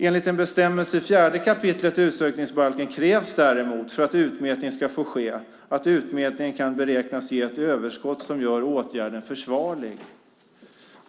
Enligt en bestämmelse i 4 kap. utsökningsbalken krävs däremot för att utmätning ska få ske att utmätningen kan beräknas ge ett överskott som gör åtgärden försvarlig.